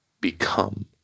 become